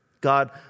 God